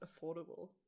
affordable